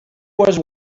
was